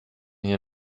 hier